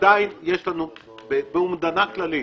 עדיין יש לנו באומדנה כללית,